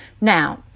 Now